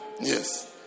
Yes